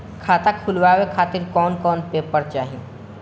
खाता खुलवाए खातिर कौन कौन पेपर चाहीं?